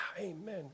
amen